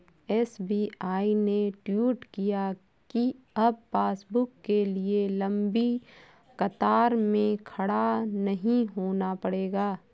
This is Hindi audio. एस.बी.आई ने ट्वीट किया कि अब पासबुक के लिए लंबी कतार में खड़ा नहीं होना पड़ेगा